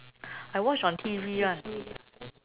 I watch on T_V [one]